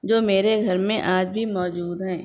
جو میرے گھر میں آج بھی موجود ہیں